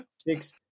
six